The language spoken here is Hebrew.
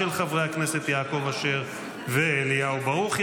של חברי הכנסת יעקב אשר ואליהו ברוכי.